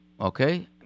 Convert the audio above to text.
okay